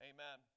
Amen